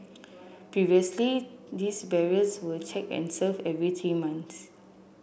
previously these barriers were checked and serviced every three months